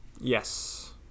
Yes